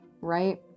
right